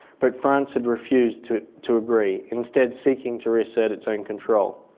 but france had refused to to agree, instead seeking to reassert its own control.